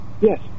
Yes